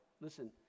Listen